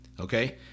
okay